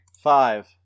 Five